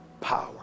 power